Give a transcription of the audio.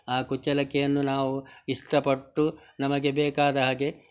ಆ ಕುಚ್ಚಲಕ್ಕಿಯನ್ನು ನಾವು ಇಷ್ಟಪಟ್ಟು ನಮಗೆ ಬೇಕಾದ ಹಾಗೆ